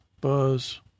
Buzz